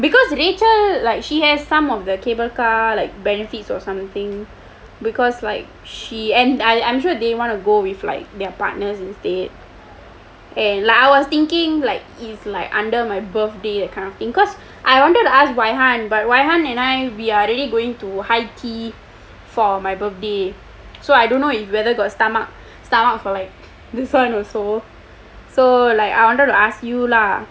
because rachel like she has some of the cable car like benefits or something because like she and I I'm sure they want to go with like their partners instead and like I was thinking like under my birthday that kind of thing cause I wanted to ask wai han but wai han and I we are already going to high tea for my birthday so I don't know if whether got stomach stomach for like this one also so like I wanted to ask you lah